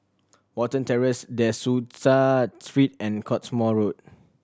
Watten Terrace De Souza Street and Cottesmore Road